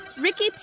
Ricky